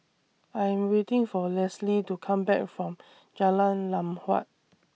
I Am waiting For Leslee to Come Back from Jalan Lam Huat